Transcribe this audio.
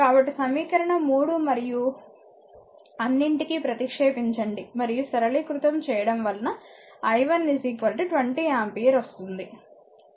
కాబట్టి సమీకరణం 3 మరియు అన్నింటికీ ప్రతిక్షేపించండి మరియు సరళీకృతం చేయడం వలన i1 20 ఆంపియర్ వస్తుంది